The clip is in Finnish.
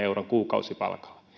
euron kuukausipalkalla